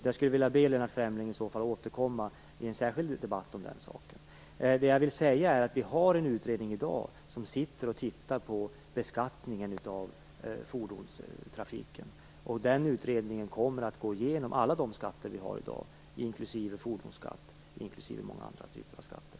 Jag skulle vilja be Lennart Fremling att återkomma i en särskild debatt om det. Vi har en utredning i dag som tittar på beskattningen av fordonstrafiken. Den utredningen kommer att gå igenom alla de skatter som vi har i dag, inklusive fordonskatten och många andra typer av skatter.